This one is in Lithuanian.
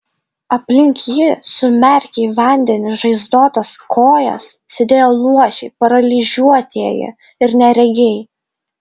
aplink jį sumerkę į vandenį žaizdotas kojas sėdėjo luošiai paralyžiuotieji ir neregiai